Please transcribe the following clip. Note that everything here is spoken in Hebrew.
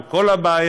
או כל הבעיה,